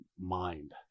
mind